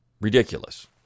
Ridiculous